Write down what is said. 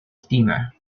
steamer